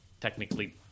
technically